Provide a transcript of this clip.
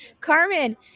Carmen